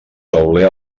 tauler